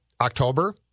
October